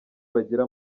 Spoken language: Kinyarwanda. bagira